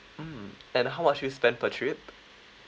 mm and how much you spend per trip